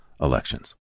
elections